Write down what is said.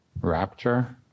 rapture